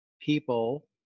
people